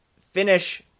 finish